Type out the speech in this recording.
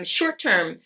short-term